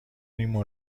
این